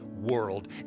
world